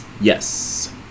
yes